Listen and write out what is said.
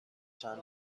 چند